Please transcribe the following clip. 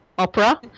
Opera